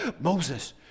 Moses